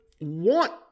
want